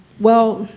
well,